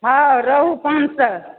हँ रोहु पाँच सए